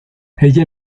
ella